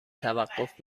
توقف